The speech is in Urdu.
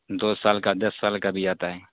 دو سال کا دس سال کا بھی آتا ہے